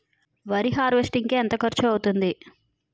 వరి హార్వెస్టింగ్ కి ఎంత ఖర్చు అవుతుంది?